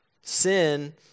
Sin